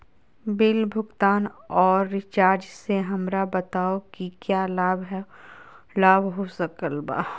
Bill भुगतान और recharge से हमरा बताओ कि क्या लाभ हो सकल बा?